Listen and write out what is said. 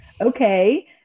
Okay